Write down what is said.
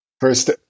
First